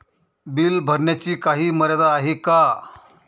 Bill भरण्याची काही मर्यादा आहे का?